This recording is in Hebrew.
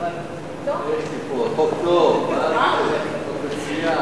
טעות בחוק הגנת הסביבה (סמכויות פיקוח ואכיפה),